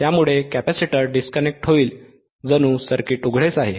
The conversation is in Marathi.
त्यामुळे कॅपेसिटर डिस्कनेक्ट होईल जणू सर्किट उघडेच आहे